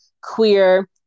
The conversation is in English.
queer